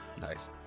Nice